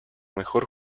mejor